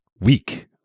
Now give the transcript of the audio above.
weak